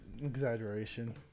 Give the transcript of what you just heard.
Exaggeration